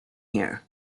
here